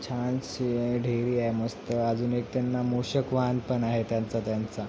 छानशी ढेरी आहे मस्त अजून एक त्यांना मूषक वाहन पण आहे त्यांचा त्यांचा